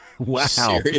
Wow